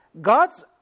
God's